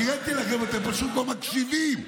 הקראתי לכם, אתם פשוט לא מקשיבים.